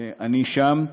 אני שם.